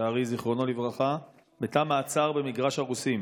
לצערי זיכרונו לברכה, בתא מעצר במגרש הרוסים